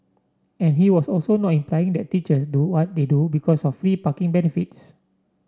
and he was also not implying that teachers do what they do because of free parking benefits